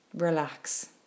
relax